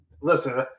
Listen